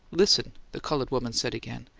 listen, the coloured woman said again.